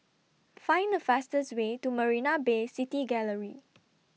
Find The fastest Way to Marina Bay City Gallery